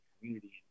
community